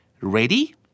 ready